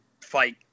fight